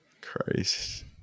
Christ